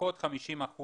לפחות 50%